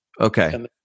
okay